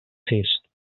sis